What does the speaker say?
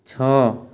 ଛଅ